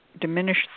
Diminish